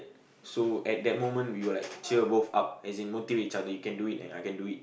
so at that moment we will like cheer both up as in motivate each other you can do it and I can do it